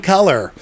Color